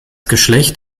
geschlecht